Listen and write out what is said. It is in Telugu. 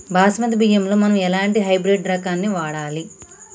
బాస్మతి బియ్యంలో మనం ఎలాంటి హైబ్రిడ్ రకం ని వాడాలి?